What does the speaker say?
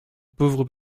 pauvre